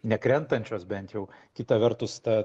nekrentančios bent jau kita vertus ta